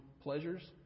pleasures